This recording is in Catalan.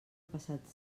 passat